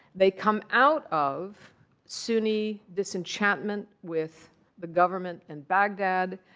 they come out of sunni disenchantment with the government in baghdad.